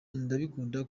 ndabikunda